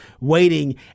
waiting